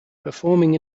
performing